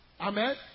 Amen